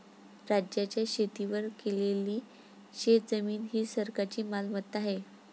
राज्याच्या शेतीवर केलेली शेतजमीन ही सरकारची मालमत्ता आहे